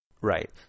Right